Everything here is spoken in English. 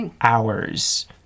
hours